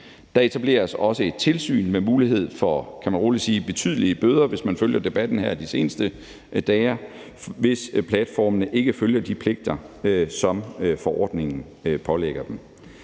Der etableres også et tilsyn med mulighed for, kan man rolig sige, betydelige bøder, som det er fremgået af debatten de seneste dage, hvis platformene ikke følger de pligter, som forordningen pålægger dem,